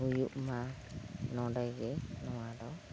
ᱦᱩᱭᱩᱜ ᱢᱟ ᱱᱚᱸᱰᱮ ᱜᱮ ᱱᱚᱣᱟ ᱫᱚ